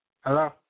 Hello